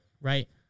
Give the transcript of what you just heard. Right